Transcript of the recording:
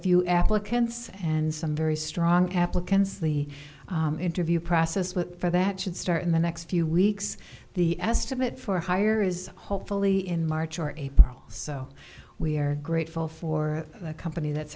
few applicants and some very strong applicants the interview process with for that should start in the next few weeks the estimate for hire is hopefully in march or april we are grateful for the company that's